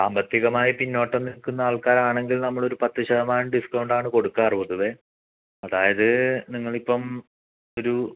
സാമ്പത്തികമായി പിന്നോട്ട് നിൽക്കുന്ന ആൾക്കാരാണെങ്കിൽ നമ്മളൊരു പത്ത് ശതമാനം ഡിസ്ക്കൗണ്ടാണ് കൊടുക്കാറ് പൊതുവേ അതായത് നിങ്ങളിപ്പം ഒരു